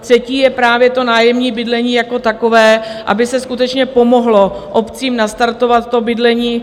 Třetí je právě nájemní bydlení jako takové, aby se skutečně pomohlo obcím nastartovat bydlení.